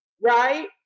right